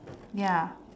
ya